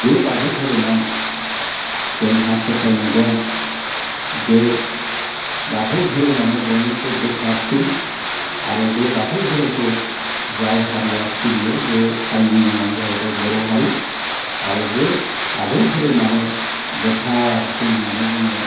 बे बाथौ धोरोमाव जोंहा फोथायनाय दं जे बाथौ धोरोमानो बयनिख्रुइ गोथारसिन आरो बे बाथौ धोरोमखौ जाय हारिया सिबियो बे हारिनि मुंआनो जाहैबाय बर' हारि आरो बे बाथौ धोरोमानो गोथारसिन होन्नानै जोङो